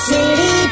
City